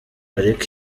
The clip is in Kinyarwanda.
ariko